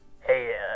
Hey